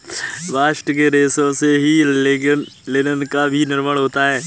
bast के रेशों से ही लिनन का भी निर्माण होता है